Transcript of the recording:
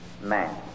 man